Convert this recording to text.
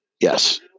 yes